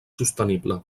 sostenible